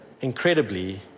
incredibly